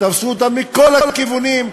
תפסו אותם מכל הכיוונים,